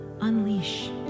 unleash